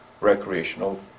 recreational